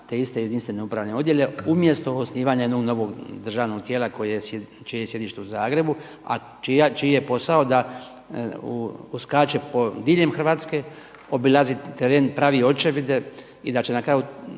te iste jedinstvene upravne odjele, umjesto osnivanja jednog novog državnog tijela čije je sjedište u Zagrebu, a čiji je posao da uskače diljem Hrvatske obilazi teren, pravi očevide i da će na kraju